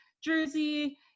jersey